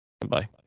Bye